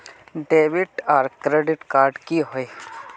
Debit आर credit card की होय?